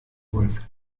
uns